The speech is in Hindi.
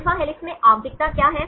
अल्फा हेलिक्स में आवधिकता क्या है